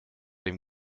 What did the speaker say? dem